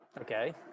Okay